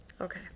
Okay